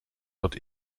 dort